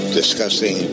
discussing